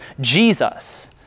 Jesus